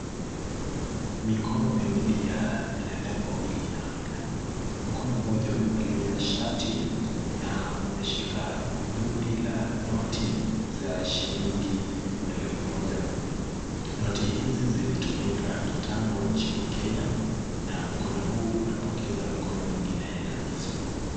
Mikono miwili ya binadamu wawili inaonekana, mikono mmoja umevaliwa shati na umeshika bundi la noti za shilingi elfu moja. Noti hizi zilitumika kitambo nchini Kenya, na mkono huu unapokeza mkono mwingine hela hizo.